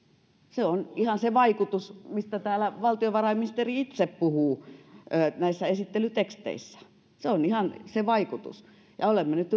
se on ihan se vaikutus mistä täällä valtiovarainministeri itse puhuu näissä esittelyteksteissä se on ihan se vaikutus ja olemme nyt